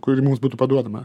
kuri mums būtų paduodama